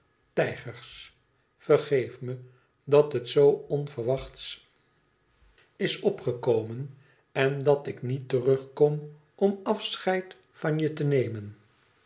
tijgers vergeef me dat het zoo onverwachts is opgekomen en dat ik niet terug kom om afscheid van je te nemen